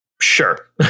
sure